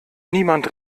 niemand